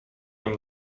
nim